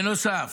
בנוסף,